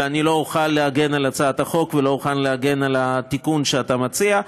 ואני לא אוכל להגן על הצעת החוק ולא אוכל להגן על התיקון שאתה מציע,